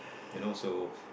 you know so